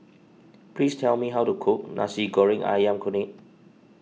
please tell me how to cook Nasi Goreng Ayam Kunyit